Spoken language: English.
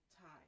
time